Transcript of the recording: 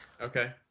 Okay